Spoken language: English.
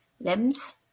limbs